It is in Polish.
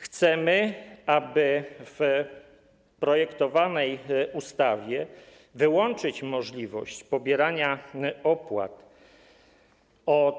Chcemy, aby w projektowanej ustawie wyłączyć możliwość pobierania opłat za